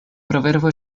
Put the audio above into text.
proverbo